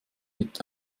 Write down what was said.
mit